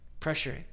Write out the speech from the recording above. pressuring